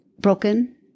broken